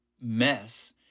mess